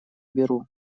беру